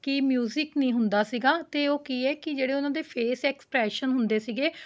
ਕਿ ਮਿਊਜ਼ਿਕ ਨਹੀਂ ਹੁੰਦਾ ਸੀਗਾ ਅਤੇ ਉਹ ਕੀ ਹੈ ਕਿ ਜਿਹੜੇ ਉਹਨਾਂ ਦੇ ਫੇਸ ਐਕਸਪ੍ਰੈਸ਼ਨ ਹੁੰਦੇ ਸੀਗੇ